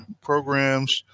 programs